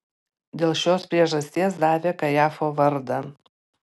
dėl šios priežasties davė kajafo vardą